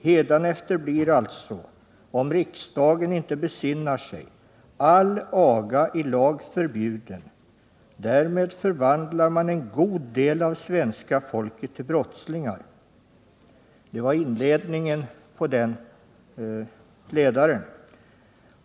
Hädanefter blir alltså — om riksdagen inte besinnar sig — all aga i lag förbjuden. Därmed förvandlar man en god del av svenska folket till brottslingar.” Det var inledningen på ledaren.